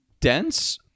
dense